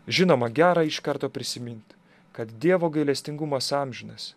žinoma gera iš karto prisimint kad dievo gailestingumas amžinas